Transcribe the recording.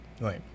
Right